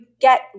get